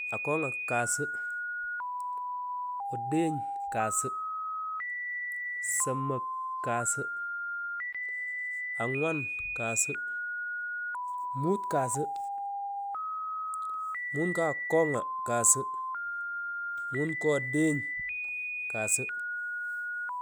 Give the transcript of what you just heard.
Akonga kassu odeny kasu soomok kasu angwan kasu mut kasu mut ngo akonga kasu mut ngo odeny kasu huuh.